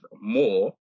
more